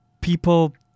people